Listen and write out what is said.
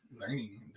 learning